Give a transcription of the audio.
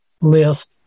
list